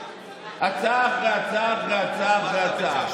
הצעה אחרי הצעה אחרי הצעה אחרי הצעה.